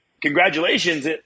congratulations